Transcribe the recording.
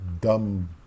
dumb